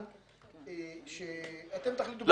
אתם תחליטו.